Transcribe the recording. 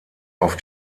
auf